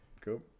Cool